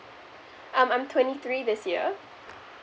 um I'm twenty three this year